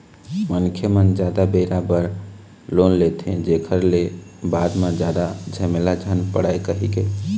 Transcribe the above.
मनखे मन जादा बेरा बर लोन लेथे, जेखर ले बाद म जादा झमेला झन पड़य कहिके